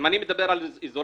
זה מאוד מתקדם וזה לקראת אישור.